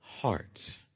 Heart